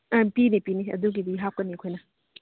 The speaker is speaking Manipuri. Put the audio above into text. ꯑꯥ ꯄꯤꯅꯤ ꯄꯤꯅꯤ ꯑꯗꯨꯒꯤꯗꯤ ꯍꯥꯞꯀꯅꯤ ꯑꯩꯈꯣꯏꯅ